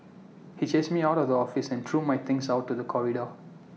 he chased me out of the office and threw my things out to the corridor